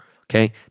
okay